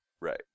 right